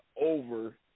over